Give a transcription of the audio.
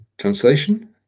translation